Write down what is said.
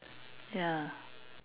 ya